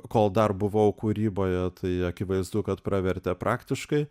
kol dar buvau kūryboje tai akivaizdu kad pravertė praktiškai